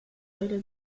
later